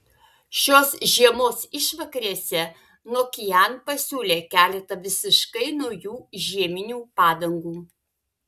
šios žiemos išvakarėse nokian pasiūlė keletą visiškai naujų žieminių padangų